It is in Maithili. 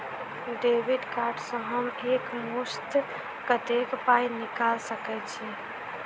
डेबिट कार्ड सँ हम एक मुस्त कत्तेक पाई निकाल सकय छी?